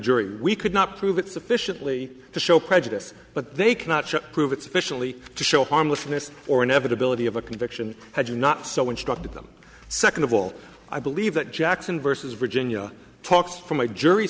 jury we could not prove it sufficiently to show prejudice but they cannot prove it's officially to show harmlessness or inevitability of a conviction had you not so instructed them second of all i believe that jackson vs virginia talks from a jury